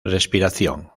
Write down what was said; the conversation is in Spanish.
respiración